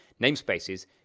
Namespaces